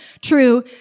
true